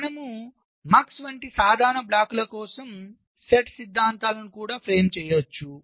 కాబట్టి మనము MUX వంటి సాధారణ బ్లాకుల కోసం సెట్ సిద్ధాంతాలను కూడా ఫ్రేమ్ చేయవచ్చు